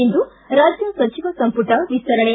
ಇಂದು ರಾಜ್ಯ ಸಚಿವ ಸಂಪುಟ ವಿಸ್ತರಣೆ